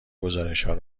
گزارشهای